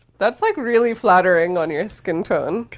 that's like really flattering on your skin tone.